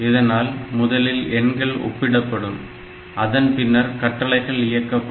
இதனால் முதலில் எண்கள் ஒப்பிடப்படும் அதன் பின்னர் கட்டளைகள் இயக்கப்படும்